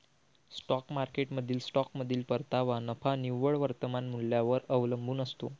stock मार्केटमधील स्टॉकमधील परतावा नफा निव्वळ वर्तमान मूल्यावर अवलंबून असतो